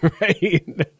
right